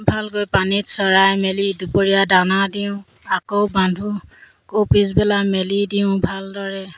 ভালকৈ পানীত চৰাই মেলি দুপৰীয়া দানা দিওঁ আকৌ বান্ধোঁ আকৌ পিছবেলা মেলি দিওঁ ভালদৰে